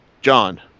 John